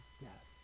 death